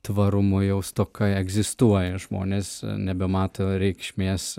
tvarumo jau stoka egzistuoja žmonės nebemato reikšmės